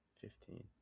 fifteen